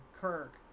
Kirk